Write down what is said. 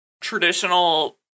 traditional